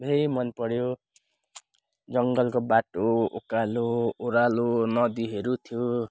धेरै मन पर्यो जङ्गलको बाटो उकालो ओह्रालो नदीहरू थियो